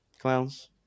clowns